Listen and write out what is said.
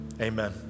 Amen